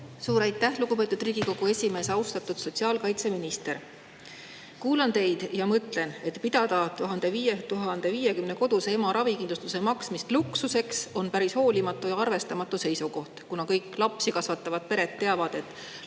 Suur aitäh, lugupeetud Riigikogu esimees! Austatud sotsiaalkaitseminister! Kuulan teid ja mõtlen, et pidada 1050 koduse ema ravikindlustuse eest maksmist luksuseks on päris hoolimatu ja nendega [mittearvestav] seisukoht, kuna kõik lapsi kasvatavad pered teavad, et